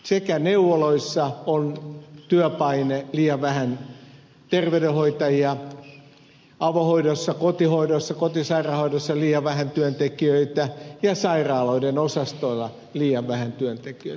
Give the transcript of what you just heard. sekä neuvoloissa on työpaine liian vähän terveydenhoitajia avohoidossa kotihoidossa kotisairaanhoidossa on liian vähän työntekijöitä ja sairaaloiden osastoilla liian vähän työntekijöitä